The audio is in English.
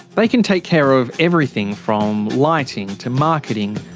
they can take care of everything from lighting to marketing,